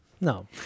no